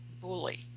bully